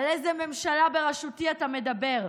על איזה "ממשלה בראשותי" אתה מדבר?